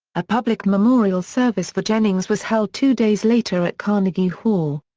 a public memorial service for jennings was held two days later at carnegie hall.